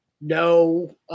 no